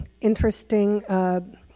interesting